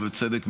ובצדק,